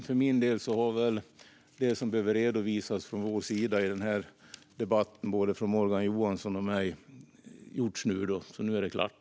För min del har väl det som behöver redovisas från vår sida i den här debatten redovisats nu, både från Morgan Johansson och från mig, så nu är det klart.